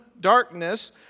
darkness